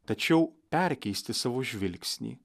tačiau perkeisti savo žvilgsnį